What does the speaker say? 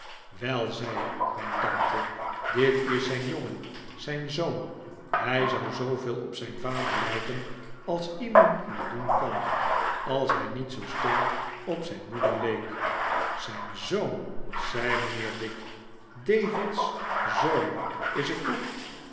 wel zei mijn tante dit is zijn jongen zijn zoon hij zou zooveel op zijn vader lijken als iemand maar doen kan als hij niet zoo sterk op zijn moeder leek zijn zoon zei mijnheer dick david's zoon is het toch